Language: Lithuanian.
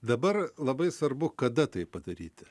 dabar labai svarbu kada tai padaryti